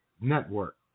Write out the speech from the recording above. Network